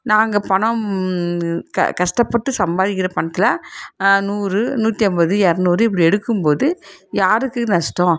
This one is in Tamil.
நாங்க பணம் க கஷ்டப்பட்டு சம்பாதிக்கிற பணத்தில் நூறு நூற்றி ஐம்பது இரநூறு இப்படி எடுக்கும்போது யாருக்கு நஷ்டம்